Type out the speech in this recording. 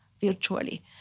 virtually